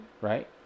right